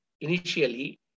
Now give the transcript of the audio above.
initially